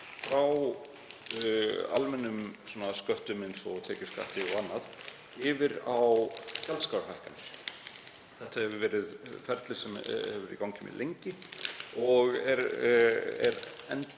frá almennum sköttum eins og tekjuskatti og öðru, yfir á gjaldskrárhækkanir. Þetta hefur verið ferli sem verið hefur í gangi mjög lengi og er